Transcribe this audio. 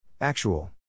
Actual